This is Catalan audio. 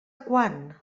quan